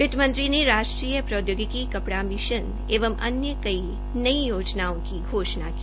वित्त मंत्री ने राष्ट्रीय प्रोद्यौगिकी कपड़ा मिशन एवं अन्य कई योजनाओं की घोषणा की